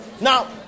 Now